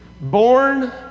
born